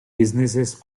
businesses